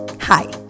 hi